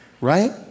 right